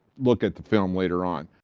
look at the film later on.